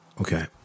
Okay